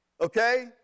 Okay